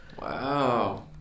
Wow